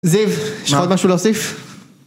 זיו, יש לך עוד משהו להוסיף?